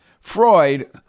Freud